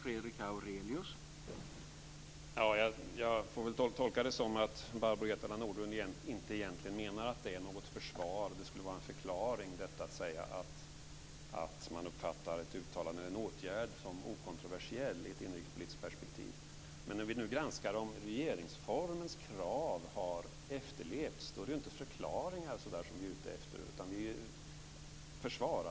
Herr talman! Jag får väl tolka det så att Barbro Hietala Nordlund inte egentligen menar att det är ett försvar. Det skulle vara en förklaring, detta att säga att man uppfattar ett uttalande eller en åtgärd som något okontroversiellt i ett inrikespolitiskt perspektiv. Men när vi nu granskar om regeringsformens krav har efterlevts är det ju inte förklaringar vi är ute efter utan försvar.